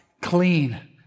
clean